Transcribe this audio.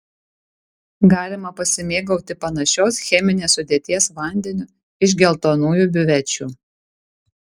galima pasimėgauti panašios cheminės sudėties vandeniu iš geltonųjų biuvečių